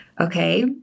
Okay